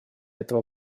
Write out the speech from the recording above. этого